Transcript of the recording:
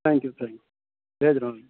thank you thank you بھیج رہا ہوں